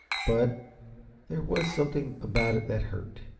but there was something about it that hurt,